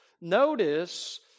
Notice